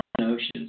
notions